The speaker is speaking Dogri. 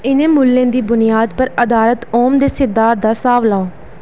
इ'नें मुल्लें दी बुनियाद पर अधारत ओम दे सिद्धांत दा स्हाब लाओ